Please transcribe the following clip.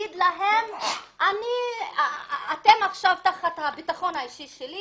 תגיד להם שהם עכשיו תחת הביטחון האישי שלך,